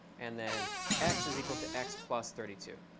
and then x is equal to x plus thirty two.